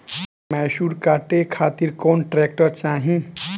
मैसूर काटे खातिर कौन ट्रैक्टर चाहीं?